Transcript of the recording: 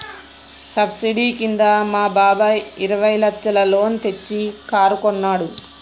subsidy కింద మా బాబాయ్ ఇరవై లచ్చల లోన్ తెచ్చి కారు కొన్నాడు